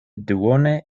duone